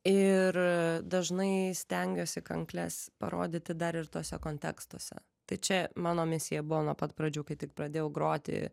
ir dažnai stengiuosi kankles parodyti dar ir tuose kontekstuose tai čia mano misija buvo nuo pat pradžių kai tik pradėjau groti